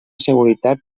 seguretat